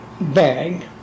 bag